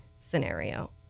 scenario